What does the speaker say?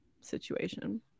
situation